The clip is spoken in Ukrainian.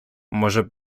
може